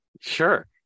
Sure